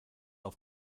auf